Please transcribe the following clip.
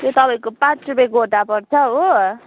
त्यो तपाईँको पाँच रुपियाँ गोटा पर्छ हो